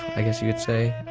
i guess you could say.